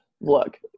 look